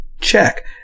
Check